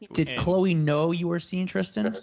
did khloe know you were seeing tristan,